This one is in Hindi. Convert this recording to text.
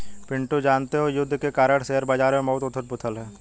पिंटू जानते हो युद्ध के कारण शेयर बाजार में बहुत उथल पुथल है